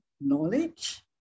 knowledge